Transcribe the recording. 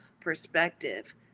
perspective